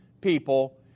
people